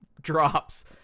drops